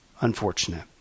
unfortunate